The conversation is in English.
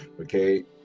okay